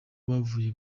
bavuge